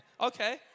Okay